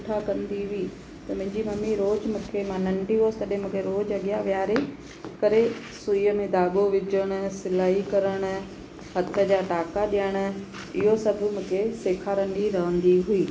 सुठा कंदी हुई त मुंहिंजी मम्मी रोजु मूंखे मां नंढी हुअसि तॾहिं मूंखे रोजु अॻियां विहारे करे सुईअ में धाॻो विझणु सिलाई करणु हथ जा टांका ॾियणु इहो सभु मूंखे सेखारंदी रहंदी हुई